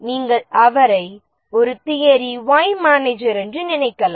நீங்கள் அவரை ஒரு தியரி Y மேனேஜர் என்று நினைக்கலாம்